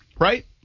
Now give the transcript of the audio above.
right